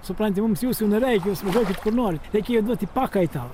supranti mums jūsų nereikia jūs važiuokit kur norit reikėjo tik pakaitalą